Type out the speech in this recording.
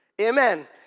Amen